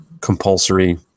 compulsory